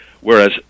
whereas